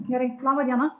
gerai laba diena